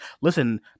listen